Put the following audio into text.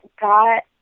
got